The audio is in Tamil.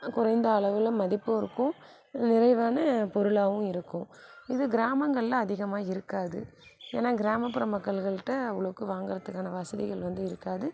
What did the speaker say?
குறைந்த அளவில் மதிப்பும் இருக்கும் நிறைவான பொருளாகவும் இருக்கும் இது கிராமங்களில் அதிகமாக இருக்காது ஏன்னால் கிராமப்புற மக்கள்கள்கிட்ட அவ்வளோக்கு வாங்கறதுக்கான வசதிகள் வந்து இருக்காது